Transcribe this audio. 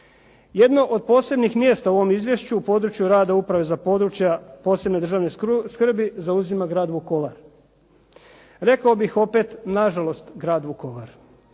Jedno od posebnih mjesta u ovom izvješću u području rada Uprave za područja posebne državne skrbi zauzima grad Vukovar. Rekao bih opet na žalost grad Vukovar.